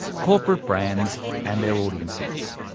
corporate brands and their audiences.